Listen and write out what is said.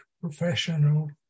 professional